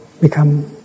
become